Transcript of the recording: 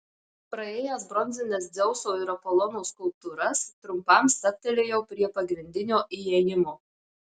praėjęs bronzines dzeuso ir apolono skulptūras trumpam stabtelėjau prie pagrindinio įėjimo